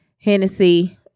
Hennessy